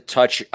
touch